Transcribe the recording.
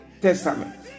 Testament